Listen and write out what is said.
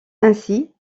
ainsi